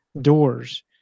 doors